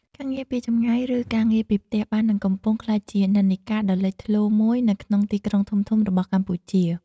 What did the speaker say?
ការងារពីចម្ងាយឬការងារពីផ្ទះ បាននិងកំពុងក្លាយជានិន្នាការដ៏លេចធ្លោមួយនៅក្នុងទីក្រុងធំៗរបស់កម្ពុជា។